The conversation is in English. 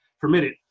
permitted